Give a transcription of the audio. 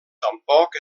tampoc